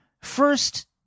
first